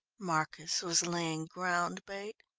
marcus was laying ground bait.